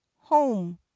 home